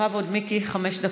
בכבוד, מיקי, חמש דקות.